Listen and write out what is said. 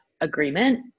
agreement